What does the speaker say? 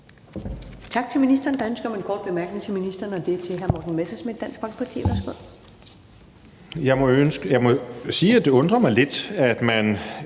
Tak til ministeren. Der er ønske om en kort bemærkning, og det er til hr. Morten Messerschmidt, Dansk Folkeparti. Værsgo.